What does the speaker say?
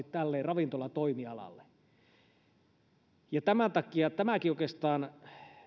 tälle ravintolatoimialalle tämäkin oikeastaan